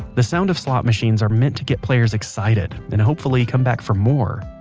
the sounds of slot machines are meant to get players excited and, hopefully come back for more.